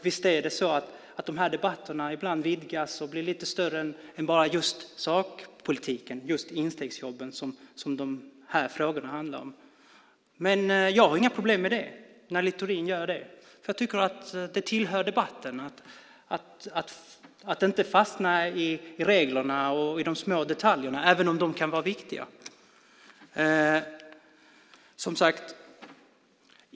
Visst är det så att de här debatterna ibland vidgas och blir lite större än bara just sakpolitiken, till exempel instegsjobben som de här frågorna handlar om. Men jag har inga problem med att Littorin gör det. Jag tycker att det tillhör debatten att inte fastna i reglerna och i de små detaljerna, även om de kan vara viktiga.